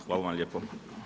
Hvala vam lijepo.